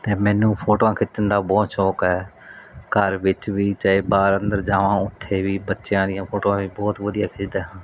ਅਤੇ ਮੈਨੂੰ ਫੋਟੋਆਂ ਖਿੱਚਣ ਦਾ ਬਹੁਤ ਸ਼ੌਂਕ ਹੈ ਘਰ ਵਿੱਚ ਵੀ ਚਾਹੇ ਬਾਹਰ ਅੰਦਰ ਜਾਵਾਂ ਉੱਥੇ ਵੀ ਬੱਚਿਆਂ ਦੀਆਂ ਫੋਟੋਆਂ ਵੀ ਬਹੁਤ ਵਧੀਆ ਖਿੱਚਦਾ ਹਾਂ